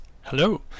Hello